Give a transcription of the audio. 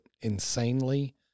insanely